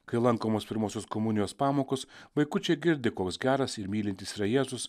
kai lankomos pirmosios komunijos pamokos vaikučiai girdi koks geras ir mylintis yra jėzus